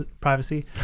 privacy